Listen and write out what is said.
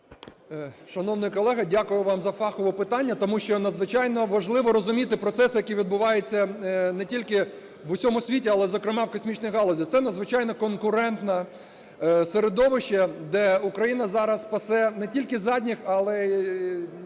Шановний колега, дякую вам за фахове питання, тому що надзвичайно важливо розуміти процеси, які відбуваються не тільки в усьому світі, але, зокрема, в космічній галузі. Це надзвичайно конкурентне середовище, де Україна зараз пасе не тільки задніх, але